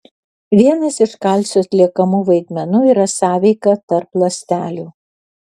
vienas iš kalcio atliekamų vaidmenų yra sąveika tarp ląstelių